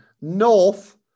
North